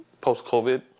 post-COVID